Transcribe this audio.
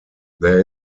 there